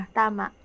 tama